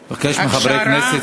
אני מבקש מחברי הכנסת,